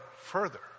Further